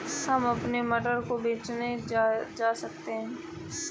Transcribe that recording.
हम अपने मटर को बेचने कैसे जा सकते हैं?